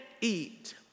eat